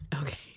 Okay